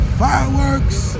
fireworks